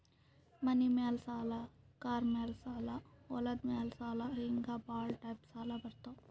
ಮನಿ ಮ್ಯಾಲ ಸಾಲ, ಕಾರ್ ಮ್ಯಾಲ ಸಾಲ, ಹೊಲದ ಮ್ಯಾಲ ಸಾಲ ಹಿಂಗೆ ಭಾಳ ಟೈಪ್ ಸಾಲ ಬರ್ತಾವ್